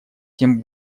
тем